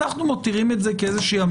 אנחנו מותירים את זה כאיזושהי אמירה.